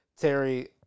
Terry